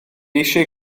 eisiau